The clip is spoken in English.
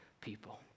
people